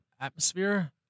Atmosphere